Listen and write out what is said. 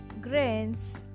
grains